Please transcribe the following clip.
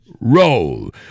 roll